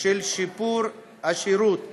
של שיפור השירות לאזרח,